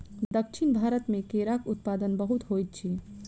दक्षिण भारत मे केराक उत्पादन बहुत होइत अछि